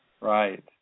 Right